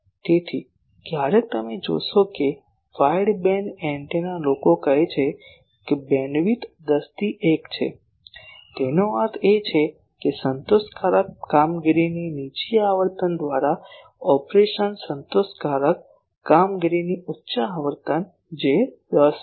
તેથી ક્યારેક તમે જોશો કે વાઈડબેન્ડ એન્ટેના લોકો કહે છે કે બેન્ડવિડ્થ 10 થી 1 છે તેનો અર્થ એ કે સંતોષકારક કામગીરીની નીચી આવર્તન દ્વારા ઓપરેશન સંતોષકારક કામગીરીની ઉચ્ચ આવર્તન જે 10 છે